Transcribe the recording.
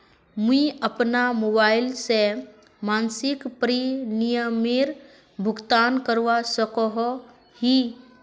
मुई अपना मोबाईल से मासिक प्रीमियमेर भुगतान करवा सकोहो ही?